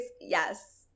Yes